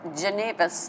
Geneva